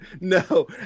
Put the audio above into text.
no